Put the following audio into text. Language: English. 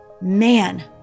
Man